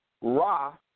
Ra